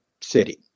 city